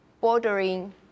bordering